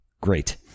great